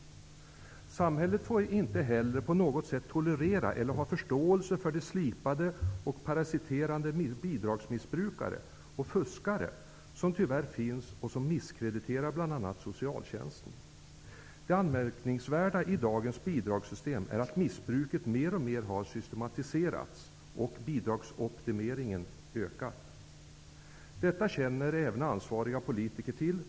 Samhället får inte heller på något sätt tolerera eller ha förståelse för de slipade och parasiterande bidragsmissbrukare och fuskare som tyvärr finns. De misskrediterar bl.a. socialtjänsten. Det anmärkningsvärda i dagens bidragssystem är att missbruket mer och mer har systematiserats och bidragsoptimeringen har ökat. Detta känner även ansvariga politiker till.